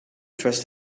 trust